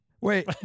Wait